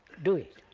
do it.